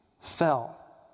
fell